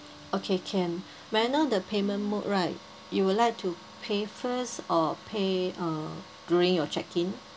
okay can may I know the payment mode right you will like to pay first or pay uh during your check-in